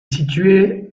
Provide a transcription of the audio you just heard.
située